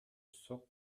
sorte